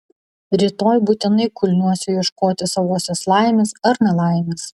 rytoj būtinai kulniuosiu ieškoti savosios laimės ar nelaimės